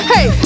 Hey